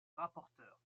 rapporteur